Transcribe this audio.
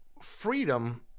freedom